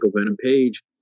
Venom-Page